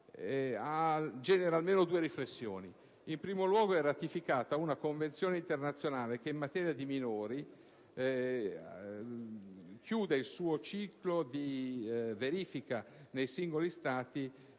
genera almeno due riflessioni. In primo luogo, viene ratificata una convenzione internazionale che in materia di minori chiude il suo ciclo di verifica nei singoli Stati